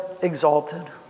exalted